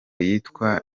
yitwa